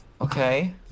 Okay